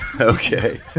Okay